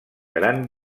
gran